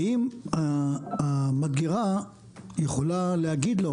האם המדגרה יכולה להגיד לו,